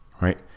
right